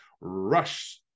rush